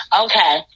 okay